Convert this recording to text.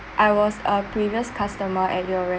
I was a previous customer at your